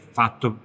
fatto